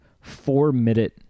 four-minute